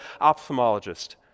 ophthalmologist